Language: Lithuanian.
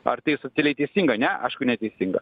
ar tai socialiai teisinga ne aišku neteisinga